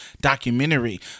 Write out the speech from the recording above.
documentary